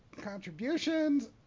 contributions